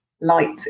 light